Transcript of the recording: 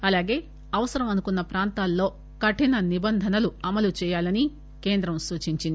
అలాగే అవసరం అనుకున్న ప్రాంతాల్లో కఠిన నిబంధనలు అమలుచేయాలని కేంద్రం సూచించింది